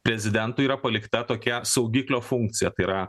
prezidentui yra palikta tokia saugiklio funkcija tai yra